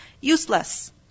useless